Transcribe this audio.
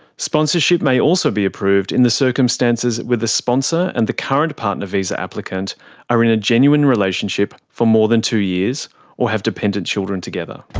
sponsorship may also still be approved in the circumstances where the sponsor and the current partner visa applicant are in a genuine relationship for more than two years or have dependent children together.